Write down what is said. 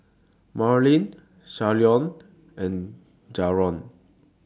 Marlie Shalon and Jaron